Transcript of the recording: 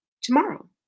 tomorrow